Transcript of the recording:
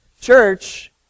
church